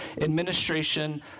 administration